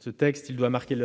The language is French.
Ce texte doit marquer